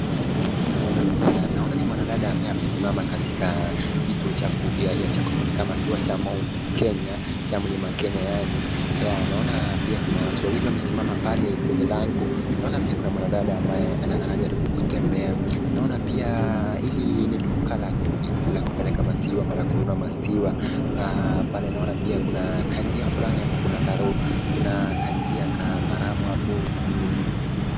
Naona ni mwanadada ambaye amesimama katika kituo cha kupeleka maziwa cha mount Kenya cha mlima Kenya yaani naona pia kuna watu wawili pia wamesimama kwenye lango naona pia kuna mwanadada ambaye anajaribu kutembea naona pia hili ni duka la kupeleka maziwa au kununua maziwa pale kuna kanjia flani pale kanjia mwaramu